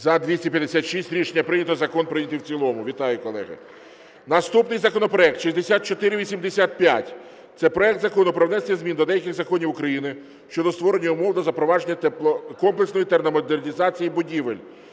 За-256 Рішення прийнято. Закон прийнятий в цілому. Вітаю, колеги! Наступний законопроект 6485 – це проект Закону про внесення змін до деяких законів України щодо створення умов для запровадження комплексної термомодернізації будівель.